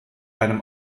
einem